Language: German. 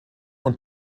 und